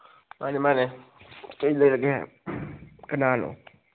ꯃꯥꯅꯦ ꯃꯥꯅꯦ ꯀꯔꯤ ꯂꯩꯔꯒꯦ ꯀꯅꯥꯅꯣ